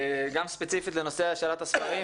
גם ספציפית לנושא השאלת הספרים,